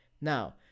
Now